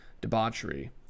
debauchery